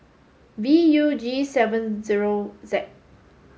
V U G seven zero Z